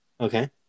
Okay